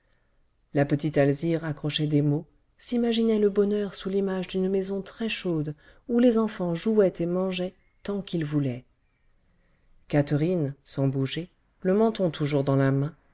la petite alzire accrochait des mots s'imaginait le bonheur sous l'image d'une maison très chaude où les enfants jouaient et mangeaient tant qu'ils voulaient catherine sans bouger le menton toujours dans la main